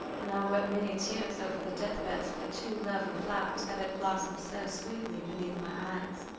and i wept many tears over the death-beds of the two lovely flowers that had blossomed so sweetly beneath my eyes.